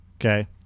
Okay